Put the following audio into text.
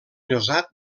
llosat